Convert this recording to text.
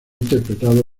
interpretado